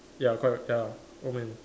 ya correct ya old man